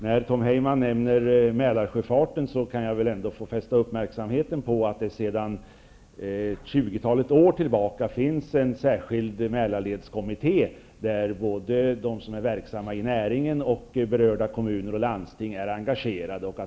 När Tom Heyman nämner Mälarsjöfarten kan jag väl ändå få fästa uppmärksamheten på att det sedan tjugotalet år tillbaka finns en särskild Mälarledskommitté där både de som är verksamma i näringen och berörda kommuner och landsting är engagerade.